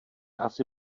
asi